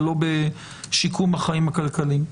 אבל לא בשיקום החיים הכלכליים.